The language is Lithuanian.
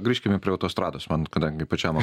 grįžkime prie autostrados man kadangi pačiam